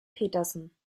petersen